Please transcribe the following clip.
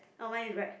oh mine is right